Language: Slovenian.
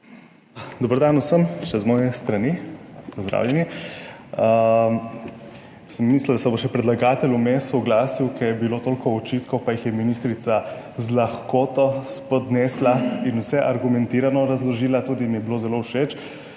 Dober dan vsem, še z moje strani pozdravljeni! Sem mislil, da se bo predlagatelj vmes še oglasil, ker je bilo toliko očitkov, pa jih je ministrica z lahkoto spodnesla in vse argumentirano razložila. Bilo mi je tudi zelo všeč,